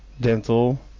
dental